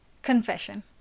Confession